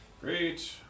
Great